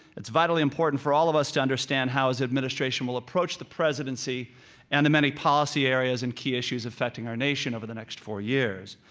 it's vitally important for all of us to understand how his administration will approach the presidency and the many policy areas and key issues affecting our nation over the next four years.